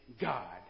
God